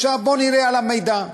עכשיו בואו נראה על המידע.